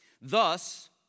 Thus